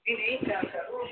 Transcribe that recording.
जी जी तव्हां ज़रूरु